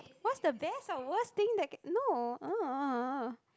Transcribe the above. what's the best or worst thing that can no